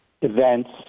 events